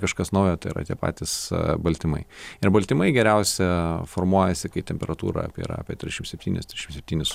kažkas naujo tai yra tie patys baltymai ir baltymai geriausia formuojasi kai temperatūra yra apie trisdešim septynis trisdešim septynis